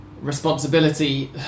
responsibility